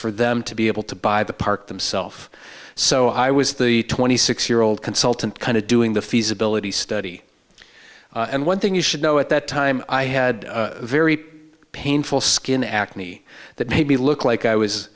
for them to be able to buy the park himself so i was the twenty six year old consultant kind of doing the feasibility study and one thing you should know at that time i had very painful skin acne that maybe look like i was